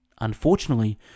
Unfortunately